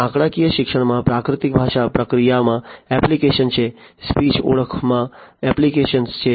તેથી આંકડાકીય શિક્ષણમાં પ્રાકૃતિક ભાષા પ્રક્રિયામાં એપ્લિકેશન્સ છે સ્પીચ ઓળખમાં એપ્લિકેશન્સ છે